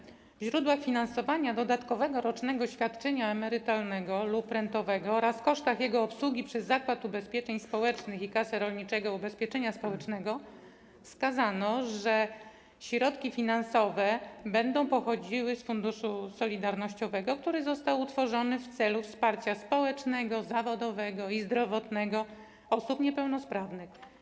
W zakresie źródeł finansowania dodatkowego rocznego świadczenia emerytalnego lub rentowego oraz kosztów jego obsługi przez Zakład Ubezpieczeń Społecznych i Kasę Rolniczego Ubezpieczenia Społecznego wskazano, że środki finansowe będą pochodziły z Funduszu Solidarnościowego, który został utworzony w celu wsparcia społecznego, zawodowego i zdrowotnego osób niepełnosprawnych.